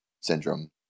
syndrome